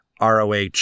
ROH